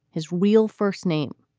his real first name,